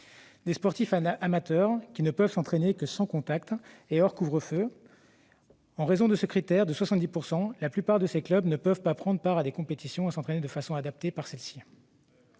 des sportifs amateurs, qui ne peuvent s'entraîner que sans contact et en dehors du couvre-feu. En raison de ce critère de 70 %, la plupart de ces clubs ne peuvent pas prendre part à des compétitions ni s'entraîner de façon adaptée pour celles-ci.